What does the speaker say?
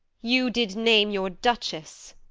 you did name your duchess.